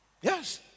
Yes